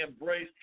embrace